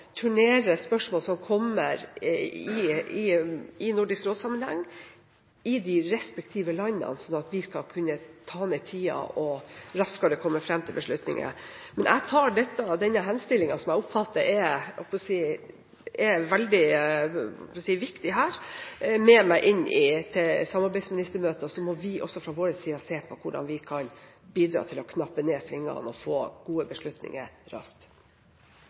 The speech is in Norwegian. turnere spørsmål som kommer i Nordisk råd-sammenheng, i de respektive landene, slik at vi skal kunne ta ned tida og raskere komme fram til beslutninger. Jeg tar denne henstillingen, som jeg oppfatter er veldig viktig, med meg inn i samarbeidsministermøter, og så må vi også fra vår side se på hvordan vi kan bidra til å kutte ned svingene og få gode beslutninger raskt.